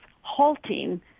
halting